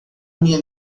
minha